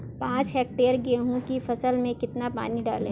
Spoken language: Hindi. पाँच हेक्टेयर गेहूँ की फसल में कितना पानी डालें?